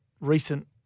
recent